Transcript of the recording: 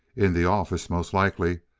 in the office, most likely.